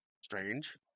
strange